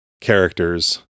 characters